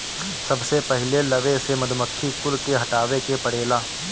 सबसे पहिले लवे से मधुमक्खी कुल के हटावे के पड़ेला